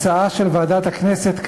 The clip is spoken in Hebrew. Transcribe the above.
הצעה של ועדת הכנסת כעת,